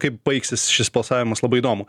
kaip baigsis šis balsavimas labai įdomu